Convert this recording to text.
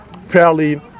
fairly